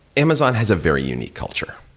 amazon has a very unique culture,